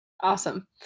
Awesome